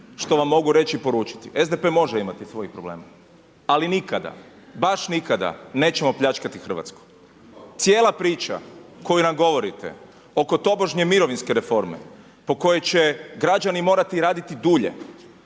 što vam mogu reći i poručiti, SDP može imati svojih problema, ali nikada, baš nikada, nećemo pljačkati Hrvatsku. Cijela priča koju nam govorite oko tobožnje mirovinske reforme, po kojoj će građani morati raditi dulje